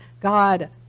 God